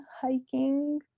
hiking